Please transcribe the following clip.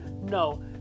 No